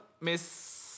Miss